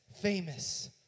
famous